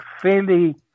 fairly